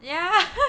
yeah